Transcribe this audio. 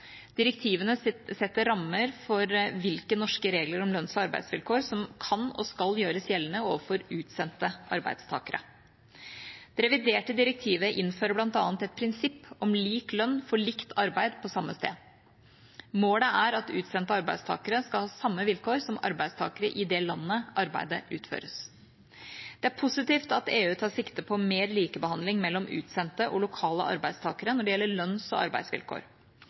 setter rammer for hvilke norske regler om lønns- og arbeidsvilkår som kan og skal gjøres gjeldende overfor utsendte arbeidstakere. Det reviderte direktivet innfører bl.a. et prinsipp om «lik lønn for likt arbeid på samme sted». Målet er at utsendte arbeidstakere skal ha samme vilkår som arbeidstakere i det landet arbeidet utføres. Det er positivt at EU tar sikte på mer likebehandling mellom utsendte og lokale arbeidstakere når det gjelder lønns- og arbeidsvilkår.